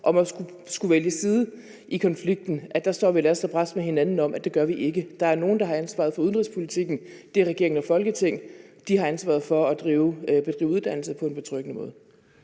om at skulle vælge side i konflikten, står last og brast med hinanden om, at det gør vi ikke. Der er nogle, der har ansvaret for udenrigspolitikken; det er regeringen og Folketinget. De andre har ansvaret for at bedrive uddannelse på en betryggende måde.